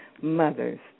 mothers